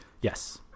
Yes